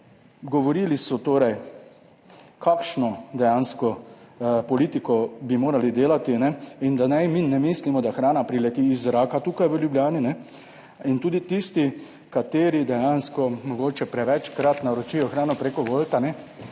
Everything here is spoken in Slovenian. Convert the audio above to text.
govorili so torej kakšno dejansko politiko bi morali delati in da naj mi ne mislimo, da hrana prileti iz zraka, tukaj v Ljubljani. In tudi tisti, kateri dejansko mogoče prevečkrat naročijo hrano preko Wolta,